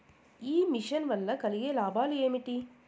ఈ మిషన్ వల్ల కలిగే లాభాలు ఏమిటి?